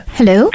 Hello